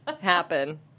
happen